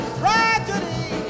tragedy